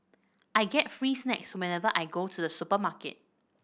I get free snacks whenever I go to the supermarket